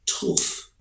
tough